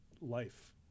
life